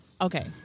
Okay